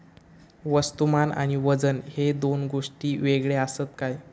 वस्तुमान आणि वजन हे दोन गोष्टी वेगळे आसत काय?